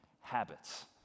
habits